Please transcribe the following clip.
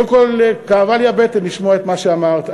קודם כול, כאבה לי הבטן לשמוע את מה שאמרת.